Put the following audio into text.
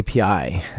API